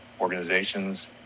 organizations